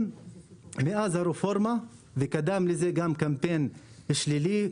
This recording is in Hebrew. מאז הרפורמה וקדם לזה גם קמפיין שלילי,